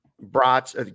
brats